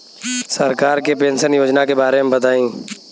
सरकार के पेंशन योजना के बारे में बताईं?